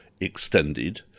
extended